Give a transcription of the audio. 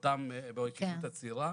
בהתיישבות הצעירה.